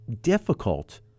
difficult